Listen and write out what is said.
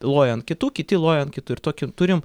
loja ant kitų kiti loja ant kitų ir tokį turim